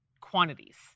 quantities